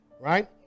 Right